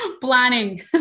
Planning